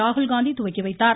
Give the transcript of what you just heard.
ராகுல்காந்தி துவக்கி வைத்தார்